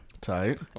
Tight